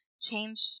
change